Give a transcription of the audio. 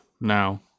Now